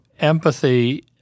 empathy